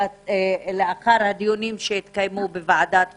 לאחר הדיונים שהתקיימו בוועדת פלמור?